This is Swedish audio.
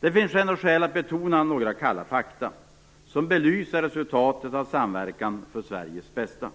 Det finns nog skäl att betona några kalla fakta som belyser resultatet av samverkan för Sveriges bästa.